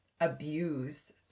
abuse